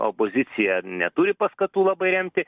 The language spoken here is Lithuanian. opozicija neturi paskatų labai remti